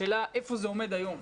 השאלה איפה זה עומד היום.